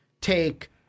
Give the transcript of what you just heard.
Take